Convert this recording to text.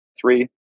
three